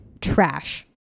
trash